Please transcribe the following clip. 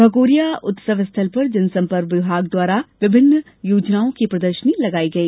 भगोरिया उत्सव स्थल पर जनसंपर्क विभाग द्वारा विभिन्न योजनाओं की प्रदर्शनी भी लगाई गई